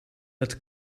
het